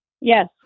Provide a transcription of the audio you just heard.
Yes